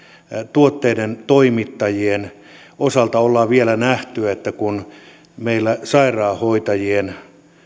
tuotteiden toimittajien osalta ollaan vielä nähty että kun meillä sairaanhoitajien